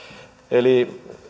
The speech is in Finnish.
eli